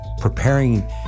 preparing